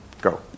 go